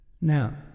Now